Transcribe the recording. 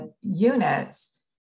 units